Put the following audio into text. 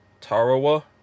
Tarawa